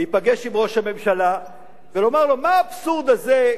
להיפגש עם ראש הממשלה ולומר לו: מה האבסורד הזה?